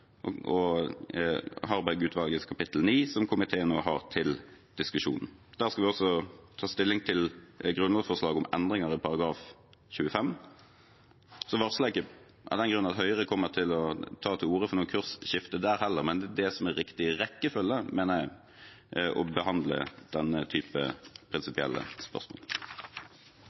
og dets kapittel 9, som komiteen nå har til diskusjon. Der skal vi også ta stilling til grunnlovsforslaget om endringer i § 25. Så varsler jeg ikke av den grunn at Høyre kommer til å ta til orde for noe kursskifte der heller. Men det som er riktig rekkefølge, mener jeg, er først å behandle denne typen prinsipielle spørsmål.